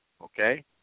okay